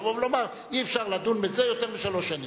לבוא ולומר: אי-אפשר לדון בזה יותר משלוש שנים.